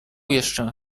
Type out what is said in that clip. jeszcze